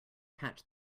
patch